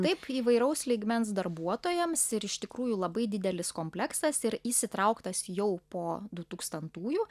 taip įvairaus lygmens darbuotojams ir iš tikrųjų labai didelis kompleksas ir jis įtrauktas jau po du tūkstantųjų